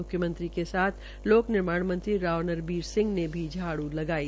मुख्यमंत्री ने साथ लोक निर्माण मंत्री राव नरवीर सिंह ने भी झाड़ू लगाई